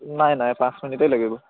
নাই নাই পাঁচ মিনিটেই লাগিব